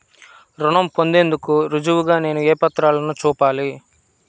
రుణం పొందేందుకు రుజువుగా నేను ఏ పత్రాలను చూపాలి?